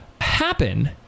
happen